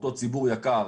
באותו ציבור יקר,